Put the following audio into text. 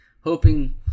hoping